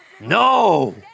no